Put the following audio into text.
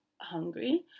hungry